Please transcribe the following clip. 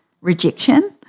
rejection